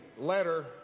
letter